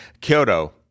Kyoto